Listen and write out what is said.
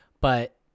but-